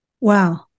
Wow